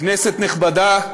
כנסת נכבדה,